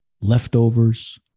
leftovers